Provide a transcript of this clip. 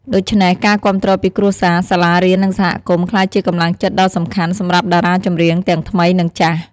ដូច្នេះ ការគាំទ្រពីគ្រួសារ សាលារៀន និងសហគមន៍ក្លាយជាកម្លាំងចិត្តដ៏សំខាន់សម្រាប់តារាចម្រៀងទាំងថ្មីនិងចាស់។